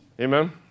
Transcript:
Amen